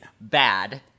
bad